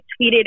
tweeted